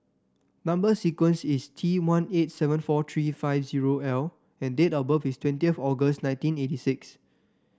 number sequence is T one eight seven four three five zero L and date of birth is twentieth August nineteen eighty six